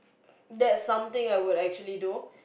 that's something I would actually do